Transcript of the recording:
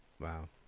Wow